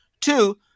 Two